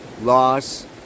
loss